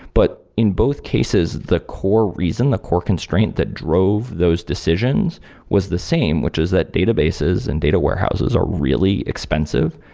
but in both cases, the core reason, the core constraint that drove those decisions was the same, which is that databases and data warehouses are really expensive.